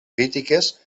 crítiques